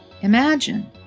Imagine